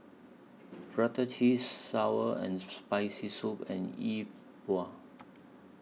Prata Cheese Sour and Spicy Soup and Yi Bua